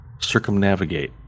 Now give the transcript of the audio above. circumnavigate